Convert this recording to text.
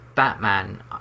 batman